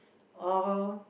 or